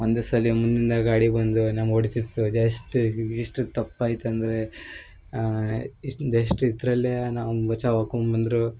ಒಂದೇ ಸಲ ಮುಂದಿಂದ ಗಾಡಿ ಬಂದು ನಮ್ಗೆ ಹೊಡಿತಿತ್ತು ಜಸ್ಟ್ ಇಷ್ಟು ತಪ್ಪು ಆಯ್ತು ಅಂದರೆ ಇಷ್ಟ್ನ್ ಜಸ್ಟ್ ಇದರಲ್ಲೇ ನಾವು ಬಚಾವ್ ಆಕೊಂಬಂದರು